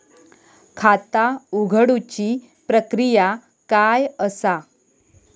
खाता उघडुची प्रक्रिया काय असा?